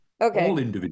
Okay